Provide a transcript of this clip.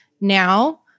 now